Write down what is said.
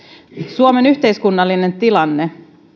suomen yhteiskunnallinen tilanne